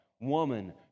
woman